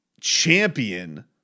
champion